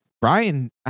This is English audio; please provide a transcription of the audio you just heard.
Brian